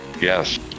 yes